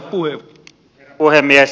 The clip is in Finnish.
herra puhemies